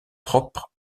propre